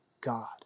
God